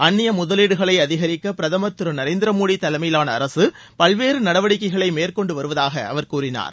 அந்நிய முதலீடுகளை அதிகரிக்க பிரதமர் திரு நரேந்திர மோடி தலைமையிலான அரசு பல்வேறு நடவடிக்கைகளை மேற்கொண்டு வருவதாக அவர் கூறினார்